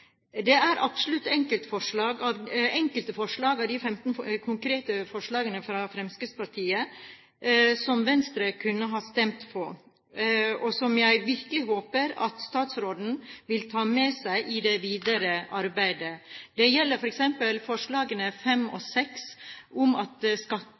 Det er absolutt enkelte forslag av de 15 konkrete forslagene fra Fremskrittspartiet som Venstre kunne ha stemt for, og som jeg virkelig håper at statsråden vil ta med seg i det videre arbeidet. Det gjelder f.eks. forslag nr. 5, om at skattekrav ikke kan inndrives før vedtak om skatt